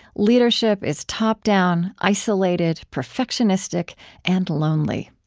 leadership is top-down, isolated, perfectionistic and lonely.